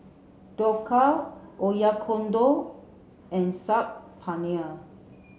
Dhokla Oyakodon and Saag Paneer